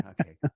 okay